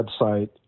website